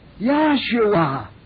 Yahshua